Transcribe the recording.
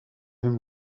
him